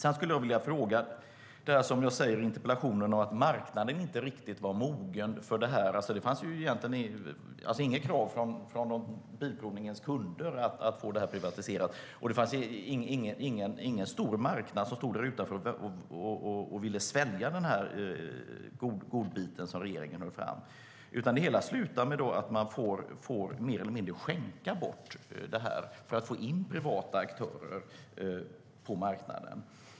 Jag skulle vilja fråga om det jag säger i interpellationen - att marknaden inte var riktigt mogen för det här. Det fanns egentligen inga krav från bilprovningens kunder att få det privatiserat. Det fanns heller ingen stor marknad som stod utanför och ville svälja godbiten som regeringen höll fram, utan det hela slutade med att regeringen mer eller mindre fick skänka bort bilprovningen för att få in privata aktörer på marknaden.